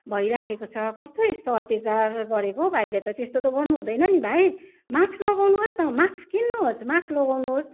भइराखेको छ कस्तो यस्तो अत्याचार गरेको भाइले त त्यस्तो त गर्नुहुँदैन नि भाइ माक्स लगाउनुहोस् न माक्स किन्नुहोस् माक्स लगाउनुहोस्